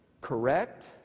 Correct